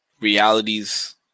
realities